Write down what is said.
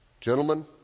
Gentlemen